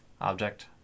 object